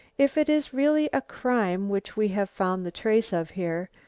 if it is really a crime which we have found the trace of here,